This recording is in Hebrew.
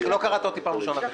לא קראת אותי פעם ראשונה.